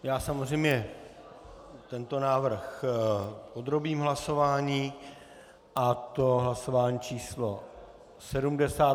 Já samozřejmě tento návrh podrobím hlasování, a to hlasování pořadové číslo 70.